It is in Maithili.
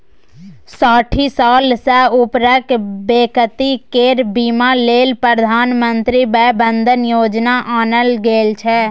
साठि साल सँ उपरक बेकती केर बीमा लेल प्रधानमंत्री बय बंदन योजना आनल गेल छै